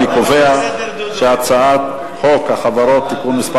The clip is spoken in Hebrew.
אני קובע שהצעת חוק החברות (תיקון מס'